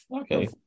okay